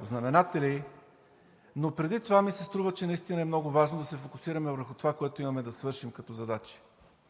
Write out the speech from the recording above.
знаменатели, но ми се струва, че преди това наистина е много важно да се фокусираме върху това, което имаме да свършим като задачи,